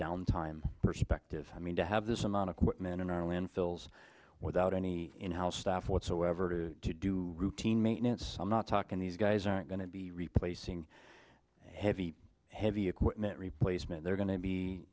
down time perspective i mean to have this amount of men in our landfills without any in house staff whatsoever to do routine maintenance i'm not talking these guys aren't going to be replacing heavy heavy equipment replacement they're going to be